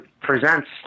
presents